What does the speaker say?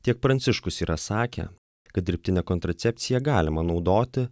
tiek pranciškus yra sakę kad dirbtinę kontracepciją galima naudoti